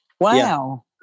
wow